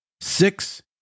Six